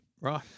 Right